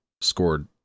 scored